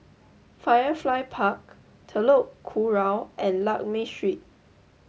Firefly Park Telok Kurau and Lakme Street